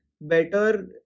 better